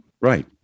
Right